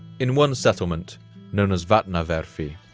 in one settlement known as vatnahverfi,